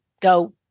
go